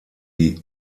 die